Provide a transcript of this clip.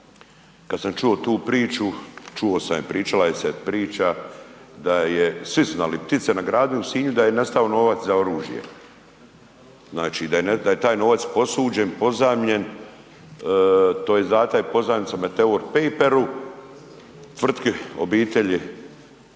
kad sam čuo tu priču, čuo sam je, pričala je se priča da je, svi su znali i ptice na gradu i u Sinju da je nestao novac za oružje, znači da je taj novac posuđen, pozajmljen tj. data je pozajmica Meteor Paperu tvrtki obitelji